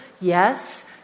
Yes